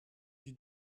die